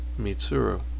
Mitsuru